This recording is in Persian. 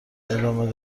ادامه